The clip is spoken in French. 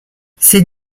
ses